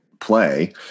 play